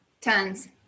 Tons